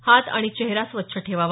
हात आणि चेहरा स्वच्छ ठेवावा